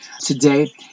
today